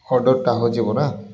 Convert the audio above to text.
ଅର୍ଡ଼ର୍ଟା ହେଉଛି ପରା